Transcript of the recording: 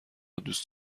دوست